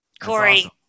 Corey